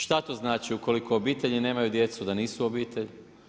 Šta to znači, ukoliko obitelj nemaju djecu, da nisu obitelj.